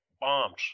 bombs